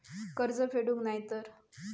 कर्ज फेडूक नाय तर?